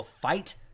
fight